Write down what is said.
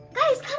guys come